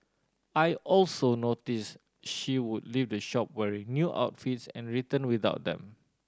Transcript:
I also notice she would leave the shop wearing new outfits and returned without them